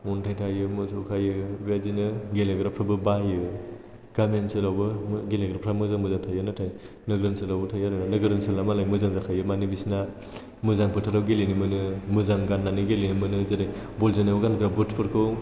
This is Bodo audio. अन्थाइ थायो मोसौ खायो बेबायदिनो गेलेग्राफोराबो बायो गामि ओनसोलावबो गेलेग्राफोरा मोजां मोजां थायो नाथाय नोगोर ओनसोलावबो थायो आरो नोगोर ओनसोला मोजां जाखायो माने बिसोरना मोजां फोथाराव गेलेनो मोनो मोजां गाननानै गेलेनो मोनो जेरै बल जोनायाव गानग्रा बुट फोरखौ